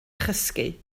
chysgu